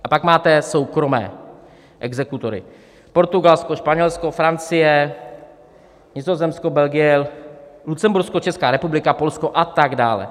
A pak máte soukromé exekutory: Portugalsko, Španělsko, Francie, Nizozemsko, Belgie, Lucembursko, Česká republika, Polsko a tak dále.